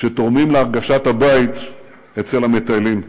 שתורמים להרגשת הבית אצל המטיילים.